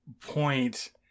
Point